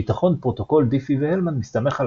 ביטחון פרוטוקול דיפי והלמן מסתמך על